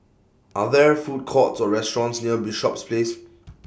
Are There Food Courts Or restaurants near Bishops Place